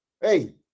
hey